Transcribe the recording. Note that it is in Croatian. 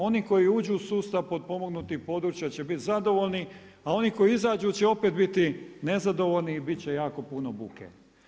Oni koji uđu u sustav potpomognutih područja će se biti zadovoljni a oni koji izađu će opet biti nezadovoljni i biti će jako puno buke.